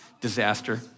Disaster